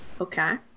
Okay